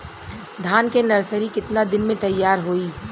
धान के नर्सरी कितना दिन में तैयार होई?